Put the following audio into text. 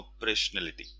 operationality